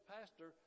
Pastor